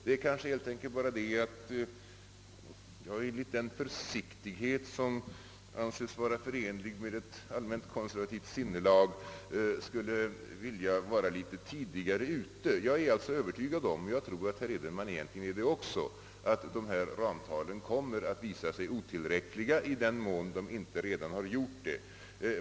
Det är väl helt enkelt bara det att jag med den försiktighet, som anses höra till ett allmänt konservativt sinnelag, skulle vilja vara litet tidigare ute. Jag är övertygad om — och jag tror att herr Edenman egentligen är det också — att dessa ramtal kommer att visa sig otillräckliga, i den mån de inte redan har gjort det.